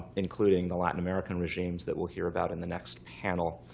including the latin-american regimes that we'll hear about in the next panel.